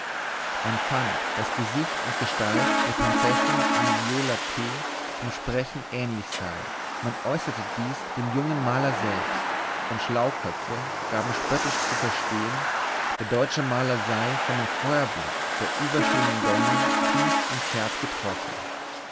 man fand daß gesicht und gestalt der prinzessin angiola t zum sprechen ähnlich sei man äußerte dies dem jungen maler selbst und schlauköpfe gaben spöttisch zu verstehen der deutsche maler sei von dem feuerblick der wunderschönen donna tief ins herz getroffen